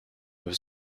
was